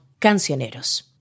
Cancioneros